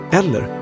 eller